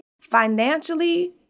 financially